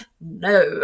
no